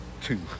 Two